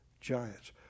Giants